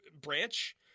branch